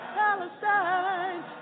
palestine